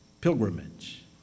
pilgrimage